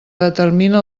determine